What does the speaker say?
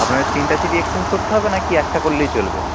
আপনাদের তিনটে সিটই এক্সচেঞ্জ করতে হবে না কি একটা করলেই চলবে